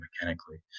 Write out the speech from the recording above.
mechanically